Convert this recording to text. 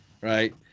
right